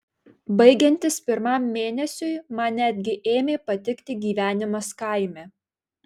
baigiantis pirmam mėnesiui man netgi ėmė patikti gyvenimas kaime